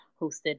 hosted